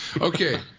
Okay